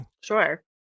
Sure